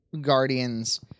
Guardians